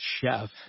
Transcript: chef